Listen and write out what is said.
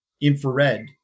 infrared